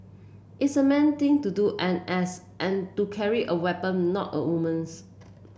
it's a man thing to do N S and to carry a weapon not a woman's